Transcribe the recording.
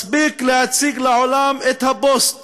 מספיק להציג לעולם את הפוסט